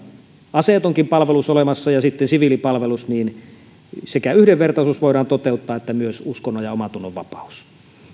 aseetonkin palvelus ja sitten siviilipalvelus niin että voidaan toteuttaa sekä yhdenvertaisuus että uskonnon ja omantunnonvapaus